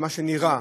מה שנראה,